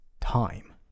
time